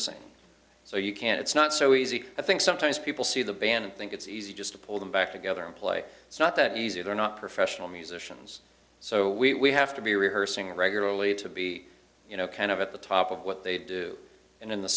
rehearsal so you can't it's not so easy i think sometimes people see the band and think it's easy just to pull them back together and play it's not that easy they're not professional musicians so we have to be rehearsing regularly to be you know kind of at the top of what they do in the